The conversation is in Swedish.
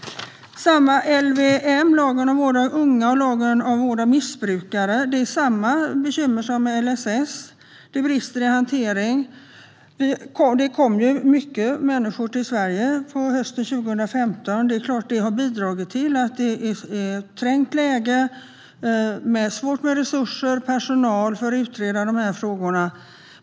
Inom områdena för lagen om vård av unga och lagen om vård av missbrukare finns samma bekymmer som inom LSS med brister i hanteringen. Hösten 2015 kom många människor till Sverige. Självklart har det bidragit till ett trängt läge där det är svårt att få resurser och där det finns en brist på personal som ska utreda dessa frågor.